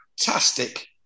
fantastic